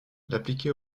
l’appliquer